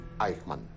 Eichmann